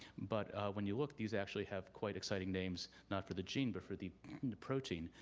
but when you look these actually have quite exciting names not for the gene, but for the protein,